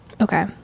okay